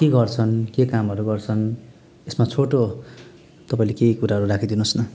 के गर्छन् के कामहरू गर्छन् यसमा छोटो तपाईँले केही कुराहरू राखिदिनु होस् न